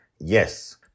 yes